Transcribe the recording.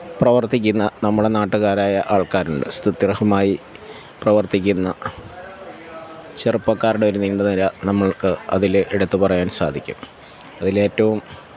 പ്രവര്ത്തിക്കുന്ന നമ്മടെ നാട്ടുകാരായ ആള്ക്കാരുണ്ട് സ്തുത്യര്ഹമായി പ്രവര്ത്തിക്കുന്ന ചെറുപ്പക്കാരുടെ ഒരു നീണ്ട നിര നമ്മള്ക്ക് അതില് എടുത്തുപറയാന് സാധിക്കും അതിലേറ്റവും